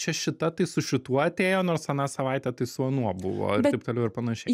čia šita tai su šituo atėjo nors aną savaitę tai su anuo buvo ir taip toliau ir panašiai